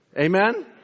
Amen